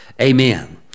Amen